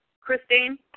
Christine